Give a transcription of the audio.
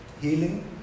healing